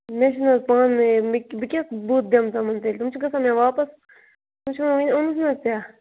مےٚ چھِنہٕ حظ پانہٕ یہِ مےٚ بہٕ کیٛاہ بُتھ دِمہٕ تِمَن تیٚلہِ تِم چھِ گژھان مےٚ واپَس تِم چھِ وَنان وٕنۍ